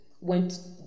went